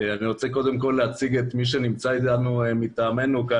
אני רוצה קודם כל להציג את מי שנמצא מטעמנו כאן.